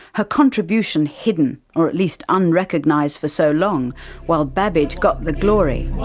her contribution hidden or at least unrecognised for so long while babbage got the glory.